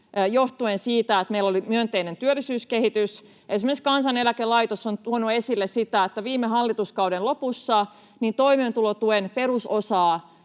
johtuen siitä, että meillä oli myönteinen työllisyyskehitys. Esimerkiksi Kansaneläkelaitos on tuonut esille sitä, että viime hallituskauden lopussa toimeentulotuen perusosaa